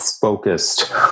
focused